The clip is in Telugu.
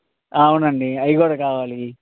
అవునండి అవి కూడా కావాలి